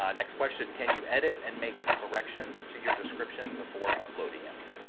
um next question. can you edit and make corrections to your description before uploading it?